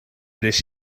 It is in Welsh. wnes